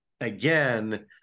again